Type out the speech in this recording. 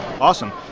awesome